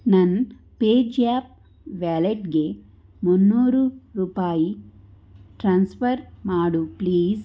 ನನ್ನ ಪೇಜ್ಯಾಪ್ ವ್ಯಾಲೆಟ್ಗೆ ಮುನ್ನೂರು ರೂಪಾಯಿ ಟ್ರಾನ್ಸ್ಫರ್ ಮಾಡು ಪ್ಲೀಸ್